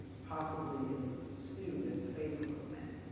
possibly is skewed in favor of men.